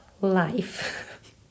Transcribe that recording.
life